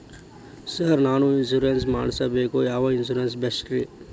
Sir ನಾನು insurance ಮಾಡಿಸಬೇಕು ಯಾವ ಇನ್ಶೂರೆನ್ಸ್ ಬೆಸ್ಟ್ರಿ?